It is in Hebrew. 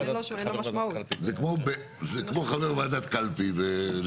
זה כמו חבר ועדת קלפי.